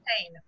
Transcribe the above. pain